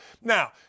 Now